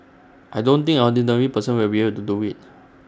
I don't think any ordinary person will be able to do IT